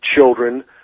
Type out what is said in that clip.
children